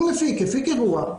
אם מפיק הפיק אירוע,